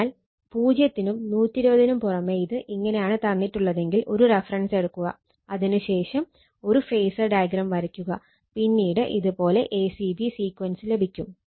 അതിനാൽ 0 നും 120 നും പുറമേ ഇത് ഇങ്ങനെയാണ് തന്നിട്ടുള്ളതെങ്കിൽ ഒരു റഫറൻസ് എടുക്കുക അതിനു ശേഷം ഒരു ഫേസർ ഡയഗ്രം വരക്കുക പിന്നീട് ഇതുപോലെ a c b സീക്വൻസ് ലഭിക്കും